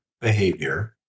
behavior